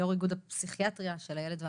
יו"ר איגוד הפסיכיאטריה של הילד והמתבגר.